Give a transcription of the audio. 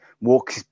walk